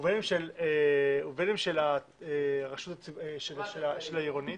ובין אם של העירונית,